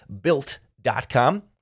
built.com